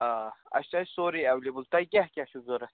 آ اسہِ حظ چھِ سوُرٕے ایٚولیبُل تۄہہِ کیٛاہ کیٛاہ چھُ ضوٚرتھ